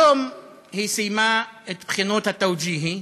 היום היא סיימה את בחינות התאוג'יה,